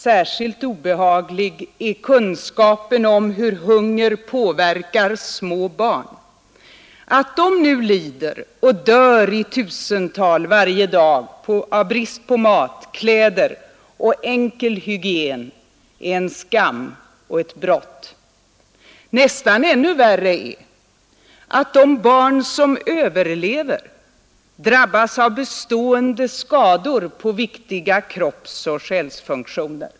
Särskilt obehaglig är kunskapen om hur hunger påverkar små barn, Att de nu lider och dör i tusental varje dag av brist på mat, kläder och enkel hygien är en skam och ett brott. Nästan ännu värre är att de barn som överlever drabbas av bestående skador på viktiga kroppsoch själsfunktioner.